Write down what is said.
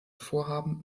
vorhaben